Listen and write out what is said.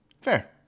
Fair